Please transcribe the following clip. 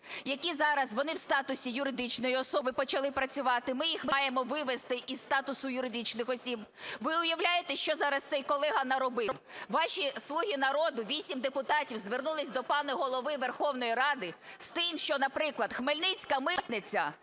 які зараз вони в статусі юридичної особи почали працювати, ми їх маємо вивести із статусу юридичних осіб. Ви уявляєте, що зараз цей колега наробив? Ваші "слуги народу", 8 депутатів, звернулися до пана Голови Верховної Ради з тим, що, наприклад, хмельницька митниця